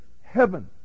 heaven